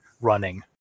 running